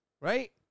Right